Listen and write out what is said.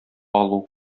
алу